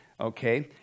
okay